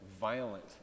violent